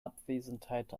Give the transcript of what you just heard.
abwesenheit